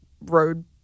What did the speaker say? road